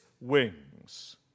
wings